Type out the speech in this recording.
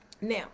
now